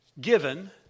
given